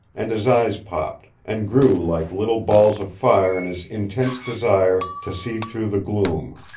and his eyes popped, and grew like little balls of fire in his intense desire to see through the gloom.